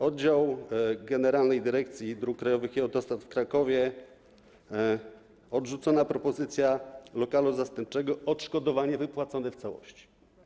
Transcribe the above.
Oddział Generalnej Dyrekcji Dróg Krajowych i Autostrad w Krakowie, odrzucona propozycja lokalu zastępczego, odszkodowanie wypłacone w całości.